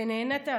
ונענית,